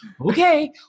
okay